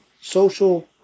social